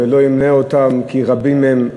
הגדול, ולא אמנה אותם, כי רבים הם,